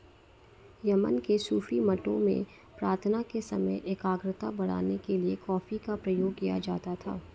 Yemen में सूफी मठों में प्रार्थना के समय एकाग्रता बढ़ाने के लिए कॉफी का प्रयोग किया जाता था